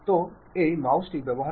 ചിലപ്പോൾ ഇത് ഡയഗണൽ ആകാം